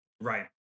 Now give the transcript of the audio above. Right